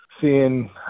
seeing